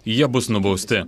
jie bus nubausti